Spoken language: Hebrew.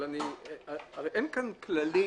אבל הרי אין כאן כללים.